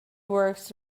works